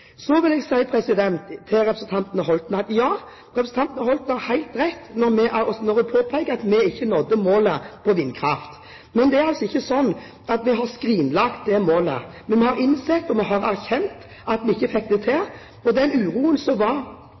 Så vil jeg si til representanten Holten at ja, representanten Holten har helt rett når hun påpeker at vi ikke nådde målet på vindkraft. Det er altså ikke slik at vi har skrinlagt det målet, men vi har innsett, og vi har erkjent, at vi ikke fikk det til. Den uroen som var